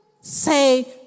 say